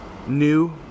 new